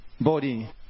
body